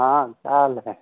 हाँ क्या हाल है